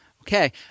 Okay